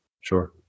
Sure